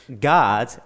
God